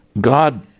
God